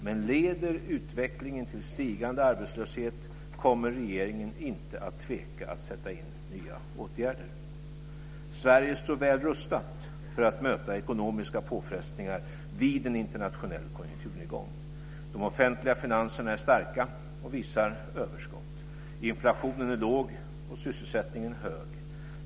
Men leder utvecklingen till stigande arbetslöshet kommer regeringen inte att tveka att sätta in nya åtgärder. Sverige står väl rustat för att möta ekonomiska påfrestningar vid en internationell konjunkturnedgång. De offentliga finanserna är starka och visar överskott. Inflationen är låg och sysselsättningen hög.